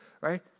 right